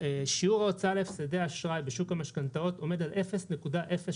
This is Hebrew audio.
שיעור ההוצאה להפסדי אשראי בשוק המשכנתאות עומד על 0.03